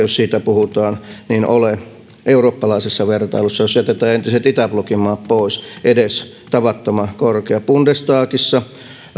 jos siitä puhutaan ole eurooppalaisessa vertailussa jos jätetään entiset itäblokin maat pois edes tavattoman korkea bundestagissa